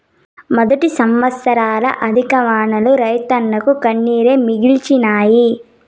మొదటి సంవత్సరంల అధిక వానలు రైతన్నకు కన్నీరే మిగిల్చినాయి